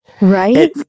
Right